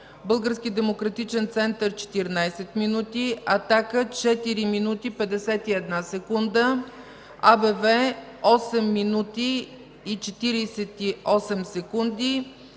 Български демократичен център има 14 минути; „Атака” – 4 минути и 51 секунди; АБВ –8 минути и 48 секунди;